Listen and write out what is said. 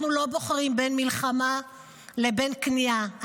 אנחנו לא בוחרים בין מלחמה לבין כניעה,